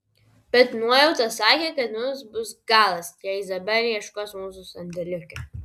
bet nuojauta sakė kad mums bus galas jei izabelė ieškos mūsų sandėliuke